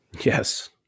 Yes